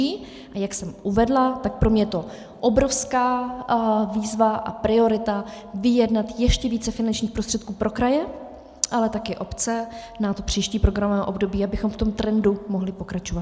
A jak jsem uvedla, tak pro mě je to obrovská výzva a priorita vyjednat ještě více finančních prostředků pro kraje, ale také obce na příští programové období, abychom v tom trendu mohli pokračovat.